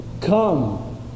Come